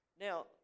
Now